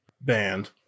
band